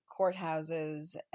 courthouses